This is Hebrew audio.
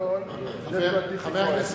גדול של חבר הכנסת איציק כהן.